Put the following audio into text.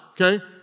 okay